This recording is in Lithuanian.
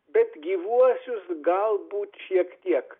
bet gyvuosius galbūt šiek tiek